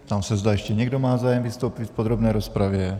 Ptám se, zda ještě někdo má zájem vystoupit v podrobné rozpravě.